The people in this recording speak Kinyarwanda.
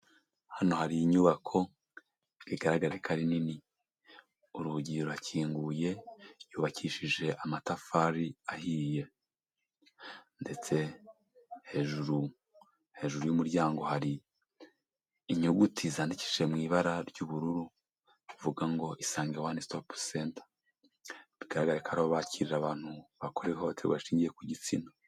Hano hari inyubako bigaragare ko ari nini, urugi rurakinguye yubakishije amatafari ahiye, ndetse hejuru hejuru y'umuryango hari inyuguti zandikishije mu ibara ry'ubururu rivuga ngo Isange One Stop Center, bigaragara ko ariho bakirira abantu bakorewe ihoterwa rishingiye ku gitsina.